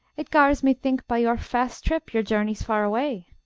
it gars me think, by your fast trip, your journey's far away.